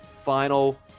final